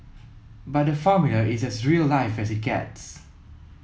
but the Formula is as real life as it gets